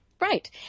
Right